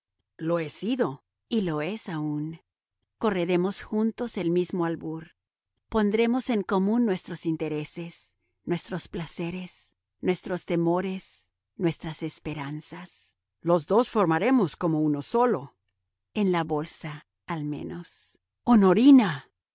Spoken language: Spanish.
lo he sido y lo es aún correremos juntos el mismo albur pondremos en común nuestros intereses nuestros placeres nuestros temores nuestras esperanzas los dos formaremos como uno solo en la bolsa al menos honorina